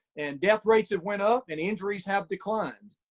and death rates have went up and injuries have declined.